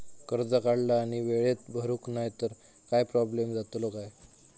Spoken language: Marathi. कर्ज काढला आणि वेळेत भरुक नाय तर काय प्रोब्लेम जातलो काय?